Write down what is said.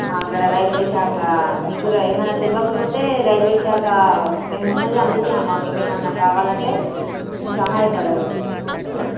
అక్కడ రైల్వే శాఖ నీకు ఏమన్న తెలియకపోతే రైల్వే శాఖ మేము ఉన్నది అందుకే అమ్మ మీకు ఏమన్న కావాలంటే మేము సహాయ పడగలుగుతాం